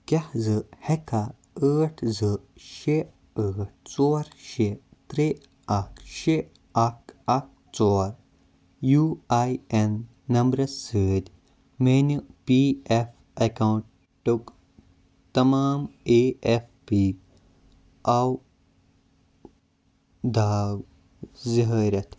کیٛاہ زٕ ہٮ۪ککھا ٲٹھ زٕ شےٚ ٲٹھ ژور شےٚ ترٛےٚ اکھ شےٚ اکھ اکھ ژور یوٗ آی اٮ۪ن نمبرَس سۭتۍ میٛانہِ پی اٮ۪ف اٮ۪کاوُںٛٹُک تمام اے اٮ۪ف پی آو داو زِہٲرِتھ